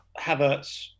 Havertz